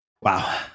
Wow